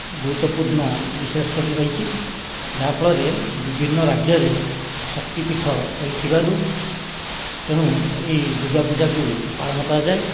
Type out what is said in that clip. ଗୁରୁତ୍ୱପୁର୍ଣ୍ଣ ବିଶେଷକରି ରହିଛି ଯାହା ଫଳରେ ବିଭିନ୍ନ ରାଜ୍ୟରେ ଶକ୍ତିପୀଠ ରହିଥିବାରୁ ତେଣୁ ଏହି ଦୂର୍ଗା ପୂଜାକୁ ପାଳନ କରାଯାଏ